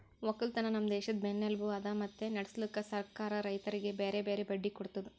ಒಕ್ಕಲತನ ನಮ್ ದೇಶದ್ ಬೆನ್ನೆಲುಬು ಅದಾ ಮತ್ತೆ ನಡುಸ್ಲುಕ್ ಸರ್ಕಾರ ರೈತರಿಗಿ ಬ್ಯಾರೆ ಬ್ಯಾರೆ ಬಡ್ಡಿ ಕೊಡ್ತುದ್